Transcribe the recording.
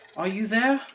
are you there?